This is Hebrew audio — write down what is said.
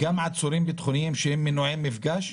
גם עצורים ביטחוניים שהם מנועי מפגש?